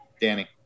Danny